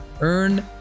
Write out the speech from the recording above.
Earn